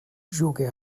juga